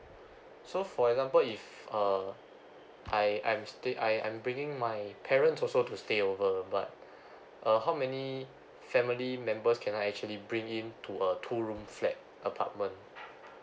so for example if uh I'm I'm stay I'm I'm bring in my parents also to stay over but uh how many family members can I actually bring in to a two room flat apartment